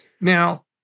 Now